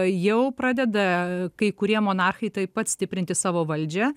jau pradeda kai kurie monarchai taip pat stiprinti savo valdžią